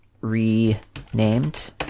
renamed